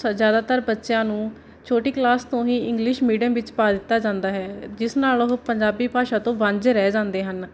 ਸੋ ਜ਼ਿਆਦਾਤਰ ਬੱਚਿਆਂ ਨੂੰ ਛੋਟੀ ਕਲਾਸ ਤੋਂ ਹੀ ਇੰਗਲਿਸ਼ ਮੀਡੀਅਮ ਵਿੱਚ ਪਾ ਦਿੱਤਾ ਜਾਂਦਾ ਹੈ ਜਿਸ ਨਾਲ ਉਹ ਪੰਜਾਬੀ ਭਾਸ਼ਾ ਤੋਂ ਵਾਂਝੇ ਰਹਿ ਜਾਂਦੇ ਹਨ